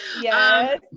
Yes